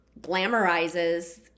glamorizes